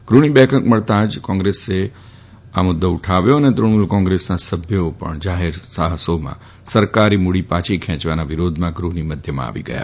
ગૃહની બેઠક મળતાં જ કોંગ્રેસે આ મુદ્દો ઉઠાવ્યો અને તૃણમૂલ કોંગ્રેસના સભ્યો પણ જાહેર સાહસોમાં સરકારી મૂડી પાછી ખેંચવાના વિરોધમાં ગૃહની મધ્યમાં આવી ગયા